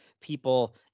people